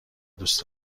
دوست